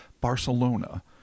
Barcelona